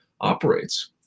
operates